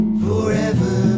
forever